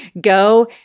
go